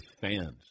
fans